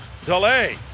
delay